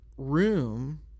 room